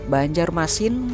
Banjarmasin